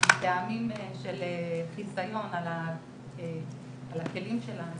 מטעמים של חיסיון על הכלים שלנו